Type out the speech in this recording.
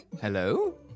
hello